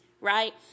right